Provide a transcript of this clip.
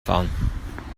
fahren